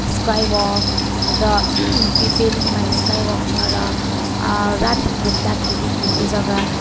sky walk र पे पेलिङमा स्काई वाक छ र राति घुम्दाखेरि घुम्ने जग्गा